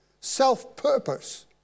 self-purpose